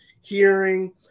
hearing